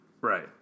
Right